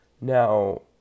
Now